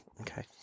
Okay